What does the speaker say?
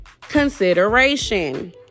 Consideration